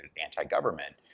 anti-government,